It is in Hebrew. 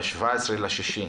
ב-17 ביוני,